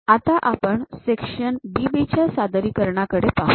आता आपण section BB च्या सादरीकरणाकडे पाहू